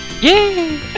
Yay